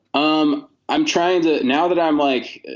um i'm trying to. now that i'm like,